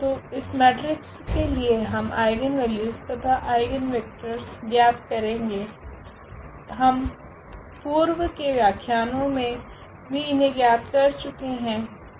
तो इस मेट्रिक्स के लिए हम आइगनवेल्यू तथा आइगनवेक्टर ज्ञात करेगे हम पूर्व के व्याख्यानों मे भी इन्हे ज्ञात कर चुके है